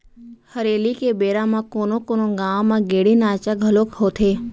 हरेली के बेरा म कोनो कोनो गाँव म गेड़ी नाचा घलोक होथे